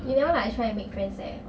you never like try and make friends there